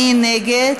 מי נגד?